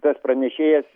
tas pranešėjas